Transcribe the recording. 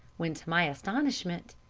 when, to my astonishment,